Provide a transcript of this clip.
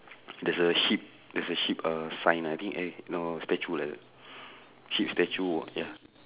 there's a sheep there's a sheep uh sign I think eh no statue like that sheep statue ya